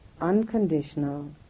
unconditional